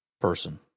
person